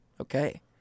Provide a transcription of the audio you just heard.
Okay